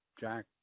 jack